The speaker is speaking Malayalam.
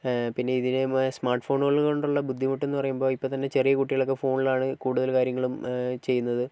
പിന്നെ ഇതിനെ സ്മാർട്ട് ഫോണുകൾ കൊണ്ടുള്ള ബുദ്ധിമുട്ടെന്ന് പറയുമ്പോൾ ഇപ്പോൾ തന്നെ ചെറിയ കുട്ടികളൊക്കെ ഫോണിലാണ് കൂടുതൽ കാര്യങ്ങളും ചെയ്യുന്നത്